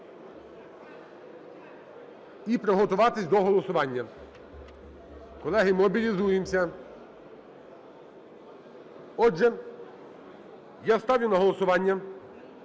і приготуватися до голосування. Колеги, мобілізуємося. Отже, я ставлю на голосування,